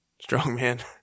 strongman